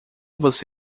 você